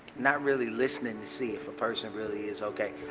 not really listening to see if a person really is okay.